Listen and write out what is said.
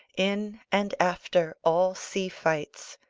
in and after all sea-fights,